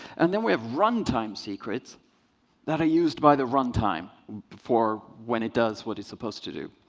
and then we have runtime secrets that are used by the runtime for when it does what it's supposed to do.